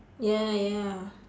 ya ya